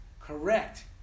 Correct